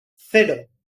cero